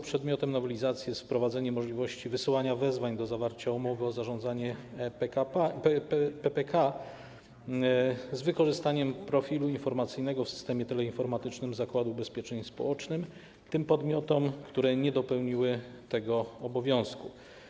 Przedmiotem nowelizacji jest wprowadzenie możliwości wysyłania wezwań do zawarcia umowy o zarządzanie PPK z wykorzystaniem profilu informacyjnego w systemie teleinformatycznym Zakładu Ubezpieczeń Społecznych tym podmiotom, które nie dopełniły tego obowiązku.